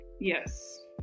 Yes